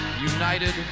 united